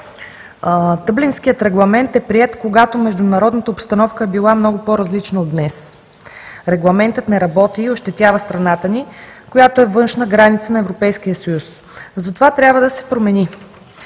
Дъблинският регламент е приет, когато международната обстановка е била много по-различна от днес. Регламентът не работи и ощетява страната ни, която е външна граница на Европейския съюз, затова трябва да се промени.